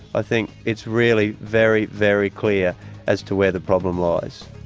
i think it's really very, very clear as to where the problem lies.